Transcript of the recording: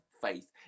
faith